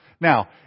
Now